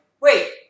wait